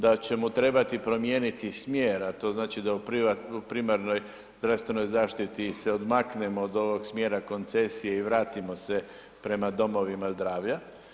Da će mu trebati promijeniti smjer, a to znači da u primarnoj zdravstvenoj zaštiti se odmaknemo od ovog smjera koncesije i vratimo se prema domovima zdravlja.